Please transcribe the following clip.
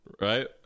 right